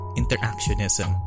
interactionism